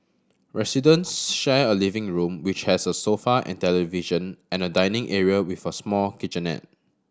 residents share a living room which has a sofa and television and a dining area with a small kitchenette